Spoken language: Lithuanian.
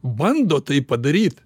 bando tai padaryt